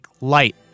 light